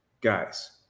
guys